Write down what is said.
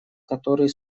которые